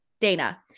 Dana